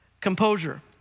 composure